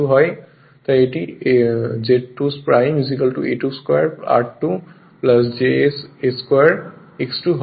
অর্থাৎ এটি Z2 a² r2 jsa² X2 হবে